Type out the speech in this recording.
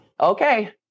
Okay